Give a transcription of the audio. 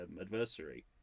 adversary